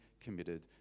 committed